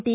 T